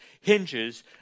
hinges